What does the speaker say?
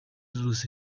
yose